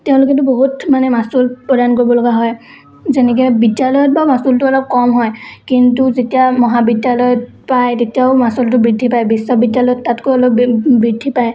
তেওঁলোকেতো বহুত মানে মাচুল প্ৰদান কৰিব লগা হয় যেনেকৈ বিদ্যালয়ত বাৰু মাচুলটো অলপ কম হয় কিন্তু যেতিয়া মহাবিদ্যালয়ত পায় তেতিয়াও মাচুলটো বৃদ্ধি পাই বিশ্ববিদ্যালয়ত তাতকৈ অলপ বৃদ্ধি পায়